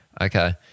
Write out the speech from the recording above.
Okay